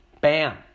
Bam